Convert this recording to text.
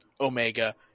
Omega